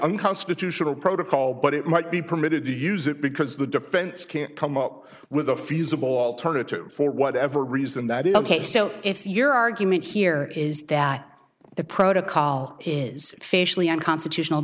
unconstitutional protocol but it might be permitted to use it because the defense can't come up with a feasible alternative for whatever reason that is ok so if your argument here is that the protocol is facially unconstitutional